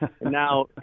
Now